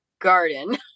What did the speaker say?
garden